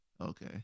Okay